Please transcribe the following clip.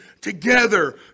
together